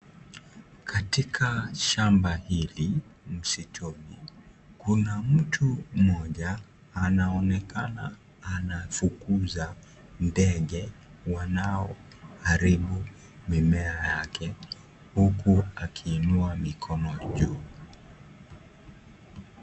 Katika shamba hili msituni kuna mtu mmoja anaonekana anafukuza ndege wanaoharibu mimea yake huku akiinua mikono juu.